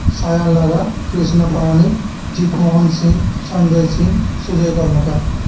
Sayan Laga Krishna Pramanik Chitmohan Singh Sanjay Singh Sujay Karmakar